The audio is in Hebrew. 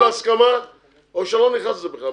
להסכמה או שאני לא נכנס לזה בכלל,